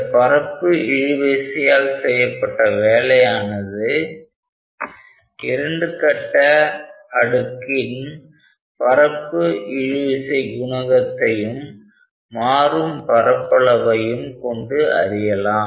இந்த பரப்பு இழுவிசை ஆல் செய்யப்பட்ட வேலையானது இரண்டு கட்ட அடுக்கின் பரப்பு இழுவிசை குணகத்தையும் மாறும் பரப்பளவையும் கொண்டு அறியலாம்